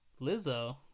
Lizzo